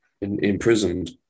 Imprisoned